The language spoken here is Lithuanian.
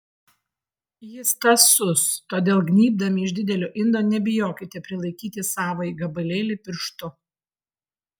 jis tąsus todėl gnybdami iš didelio indo nebijokite prilaikyti savąjį gabalėlį pirštu